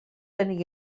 tenia